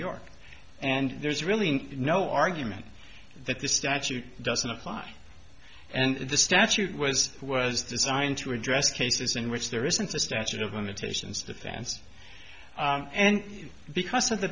york and there's really no argument that the statute doesn't apply and the statute was was designed to address cases in which there isn't a statute of limitations defense and because of the